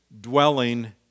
dwelling